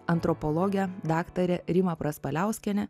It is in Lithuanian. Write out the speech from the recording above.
antropologę daktarę rimą praspaliauskienę